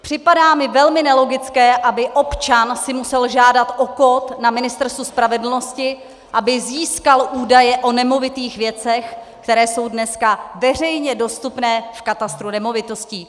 Připadá mi velmi nelogické, aby si občan musel žádat o kód na Ministerstvu spravedlnosti, aby získal údaje o nemovitých věcech, které jsou dneska veřejně dostupné v katastru nemovitostí.